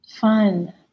fun